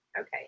Okay